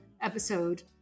episode